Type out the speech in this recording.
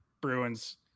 Bruins